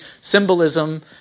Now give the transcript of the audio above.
symbolism